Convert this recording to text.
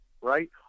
right